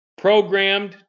programmed